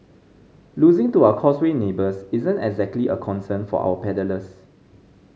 losing to our Causeway neighbours isn't exactly a concern for our paddlers